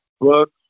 books